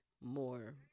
more